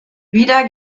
wieder